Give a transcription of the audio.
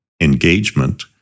engagement